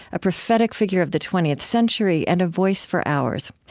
a prophetic figure of the twentieth century and a voice for ours.